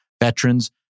veterans